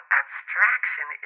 abstraction